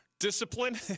Discipline